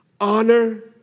honor